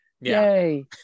yay